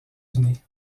unis